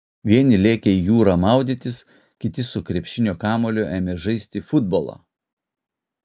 vieni lėkė į jūrą maudytis kiti su krepšinio kamuoliu ėmė žaisti futbolą